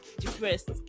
depressed